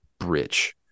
Bridge